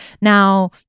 now